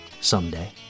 someday